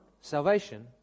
salvation